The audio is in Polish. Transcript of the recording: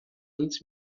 nic